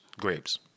Grapes